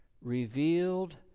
revealed